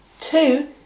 two